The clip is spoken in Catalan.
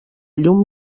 llum